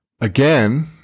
Again